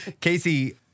Casey